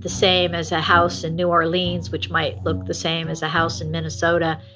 the same as a house in new orleans, which might look the same as a house in minnesota.